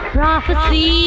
Prophecy